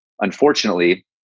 Unfortunately